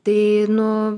tai nu